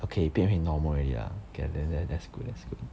okay 变回 normal already ah K then then that's good that's good